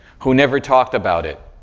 who never talked about it.